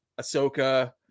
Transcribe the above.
ahsoka